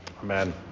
amen